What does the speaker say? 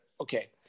okay